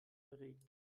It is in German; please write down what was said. erregt